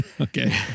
Okay